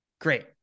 great